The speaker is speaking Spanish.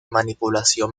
manipulación